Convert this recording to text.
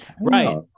right